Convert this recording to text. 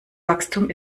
wachstum